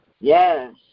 Yes